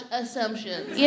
assumptions